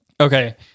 okay